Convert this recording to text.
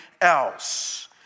else